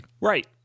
right